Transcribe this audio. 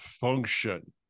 function